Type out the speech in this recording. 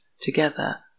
together